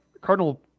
Cardinal